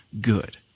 good